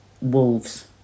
wolves